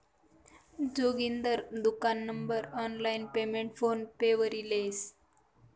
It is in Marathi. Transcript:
जोगिंदर दुकान नं online payment PhonePe worry लेस